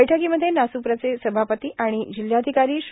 बैठकीमध्ये नास्प्रचे सभापती आणि जिल्हाधिकारी श्री